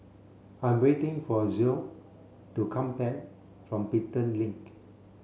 I'm waiting for Zoe to come back from Pelton Link